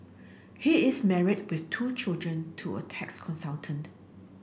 he is married with two children to a tax consultant